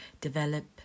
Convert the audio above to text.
develop